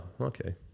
okay